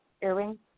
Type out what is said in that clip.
earring